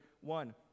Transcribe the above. one